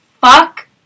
Fuck